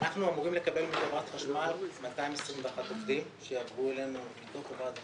אנחנו אמורים לקבל מחברת חשמל 221 עובדים שיעברו אלינו מתוך חברת החשמל.